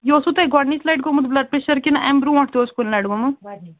یہِ اوسوٕ تۄہہِ گۄڈٕنِچہِ لٹہِ گوٚمُت بُلڈ پریشر کِنہٕ اَمہِ برٛونٛٹھ تہِ اوس کُنہِ لٹہِ گوٚمُت